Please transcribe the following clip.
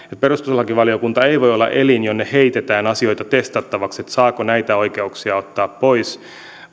perustuslakivaliokunta ei voi olla elin jonne heitetään asioita testattavaksi että saako näitä oikeuksia ottaa pois